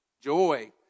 Joy